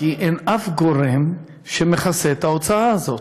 כי אין אף גורם שמכסה את ההוצאה הזאת.